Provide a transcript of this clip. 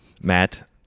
Matt